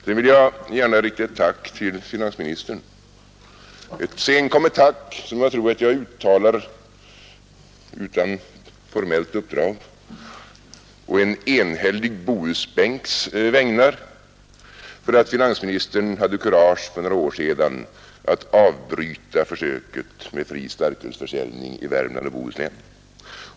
Jag vill gärna rikta ett tack till finansministern, ett senkommet tack som jag tror att jag uttalar, utan formellt uppdrag, på en enhällig Bohusbänks vägnar för att finansministern hade kurage för några år sedan att avbryta försöket med fri starkölsförsäljning i Värmland och Bohuslän.